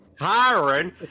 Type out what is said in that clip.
Hiring